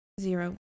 Zero